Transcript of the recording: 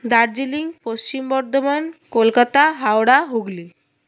Darjeeling Paschim Bardhaman Kolkata Howrah Hooghly